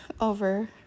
over